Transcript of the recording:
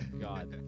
God